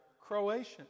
Croatian